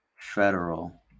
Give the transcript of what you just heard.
federal